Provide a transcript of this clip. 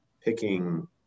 picking